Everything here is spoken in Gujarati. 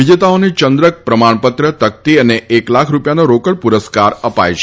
વિજેતાઓને ચંદ્રક પ્રમાણપત્ર તક્તી અને એક લાખ રૂપિયાના રોકડ પુરસ્કાર તરીકે અપાય છે